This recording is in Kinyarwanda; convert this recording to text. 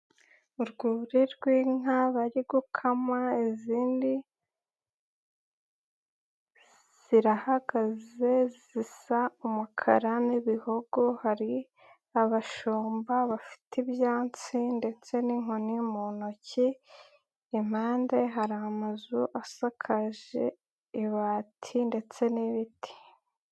Urwuri rw'inka bari gukama, izindi zirahagaze zisa umukara n'ibihogo, hari abashumba bafite ibyasi ndetse n'inkoni mu ntoki, impande hari amazu asakaje ibati ndetse n'ibiti.